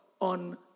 On